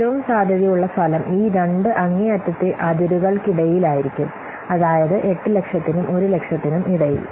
ഏറ്റവും സാധ്യതയുള്ള ഫലം ഈ രണ്ട് അങ്ങേയറ്റത്തെ അതിരുകൾക്കിടയിലായിരിക്കും അതായത് 800000 നും 100000 നും ഇടയിൽ